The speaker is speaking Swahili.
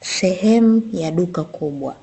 Sehemu ya duka kubwa